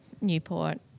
Newport